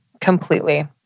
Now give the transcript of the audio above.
completely